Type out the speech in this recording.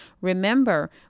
remember